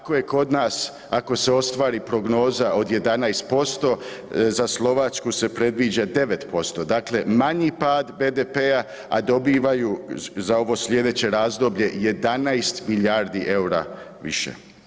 Ako je kod nas, ako se ostvari prognoza od 11%, za Slovačku se predviđa 9%, dakle manji pad BDP-a, a dobivaju za ovo sljedeće razdoblje 11 milijardi eura više.